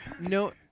no